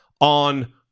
on